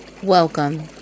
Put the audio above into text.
Welcome